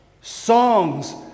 songs